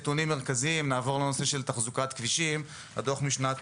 נעבור לנושא של תחזוקת כבישים, דוח משנת